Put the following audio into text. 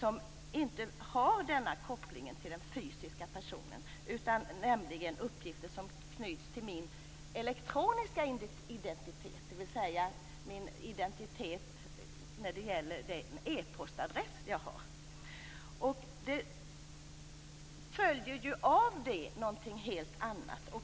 De uppgifterna har inte denna koppling till den fysiska personen. Det är uppgifter som knyts till min elektroniska identitet, dvs. min identitet när det gäller min e-postadress. Av detta följer något helt annat.